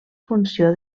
funció